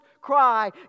cry